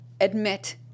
admit